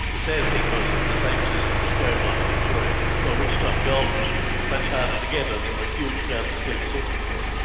the sad thing was that the same system was carried on to victoria, by but which time gold was much harder to get, and there were huge crowds of people looking for it.